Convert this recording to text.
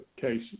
case